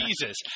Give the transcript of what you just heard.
Jesus